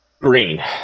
Green